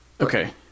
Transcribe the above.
Okay